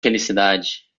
felicidade